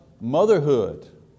motherhood